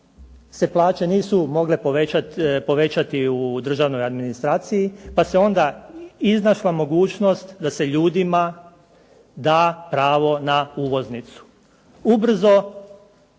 se plaće nisu mogle povećati u državnoj administraciji pa se onda iznašla mogućnost da se ljudima da pravo na uvoznicu. Ubrzo